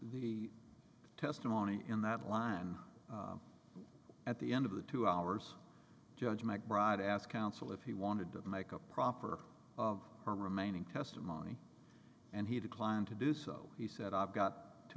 the testimony in that line at the end of the two hours judge mcbride asked counsel if he wanted to make a proper of her remaining testimony and he declined to do so he said i've got too